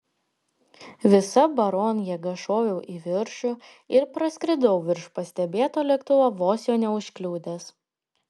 visa baron jėga šoviau į viršų ir praskridau virš pastebėto lėktuvo vos jo neužkliudęs